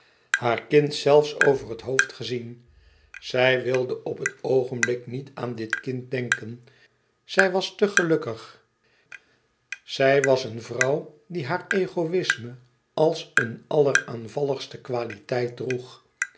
haar kind zelfs over het hoofd gezien zij wilde op het oogenblik niet aan dit kind denken zij was te gelukkig zij was een vrouw die haar egoïsme als een alleraanvalligste kwaliteit droeg